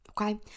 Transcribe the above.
okay